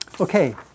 Okay